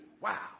Wow